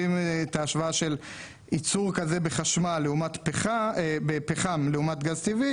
בהשוואה של ייצור כזה בפחם לעומת גז טבעי